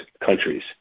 countries